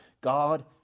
God